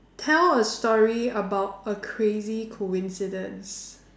tell a story about a crazy coincidence